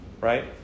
right